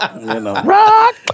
Rock